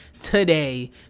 today